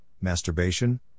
masturbation